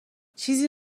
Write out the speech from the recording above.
چیزی